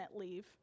leave